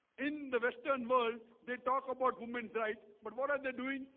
in the western world, they talk about women's right, but what are they doing?